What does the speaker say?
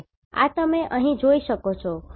તેથી આ તમે અહીં જોઈ શકો છો